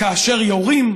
וכאשר יורים